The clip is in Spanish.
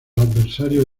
adversarios